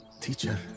teacher